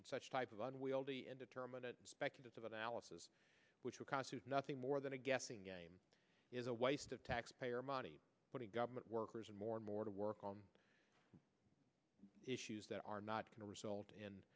such type of unwieldy indeterminate speculative analysis which would constitute nothing more than a guessing game is a waste of taxpayer money putting government workers more and more to work on issues that are not going to result